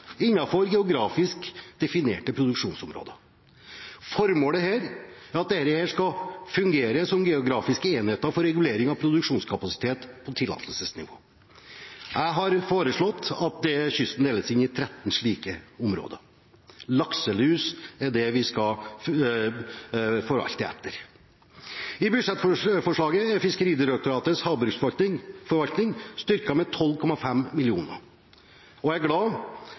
innenfor geografisk definerte produksjonsområder. Formålet med dette er at disse skal fungere som geografiske enheter for regulering av produksjonskapasiteten på tillatelsesnivå. Jeg har foreslått at kysten deles inn i 13 slike områder. Lakselus er det vi skal forvalte etter. I budsjettforslaget er Fiskeridirektoratets havbruksforvaltning styrket med 12,5 mill. kr. Jeg er glad